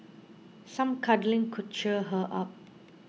some cuddling could cheer her up